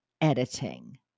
editing